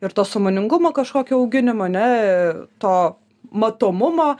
ir to sąmoningumo kažkokio auginimo ne to matomumo